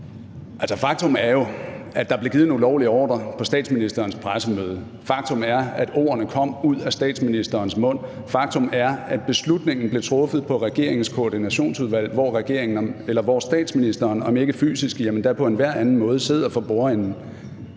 faktum er jo, at der blev givet en ulovlig ordre på statsministerens pressemøde; faktum er, at ordene kom ud af statsministerens mund; faktum er, at beslutningen blev truffet i regeringens Koordinationsudvalg, hvor statsministeren om ikke fysisk så på enhver anden